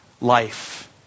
life